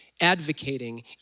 advocating